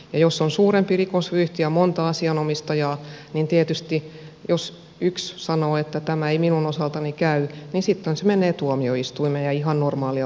jos on suurempi rikosvyyhti ja monta asianomistajaa niin tietysti jos yksi sanoo että tämä ei minun osaltani käy niin sitten se menee tuomioistuimeen ja ihan normaalia prosessia eteenpäin